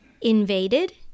invaded